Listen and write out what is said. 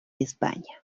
españa